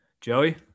Joey